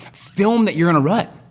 film that you're in a rut!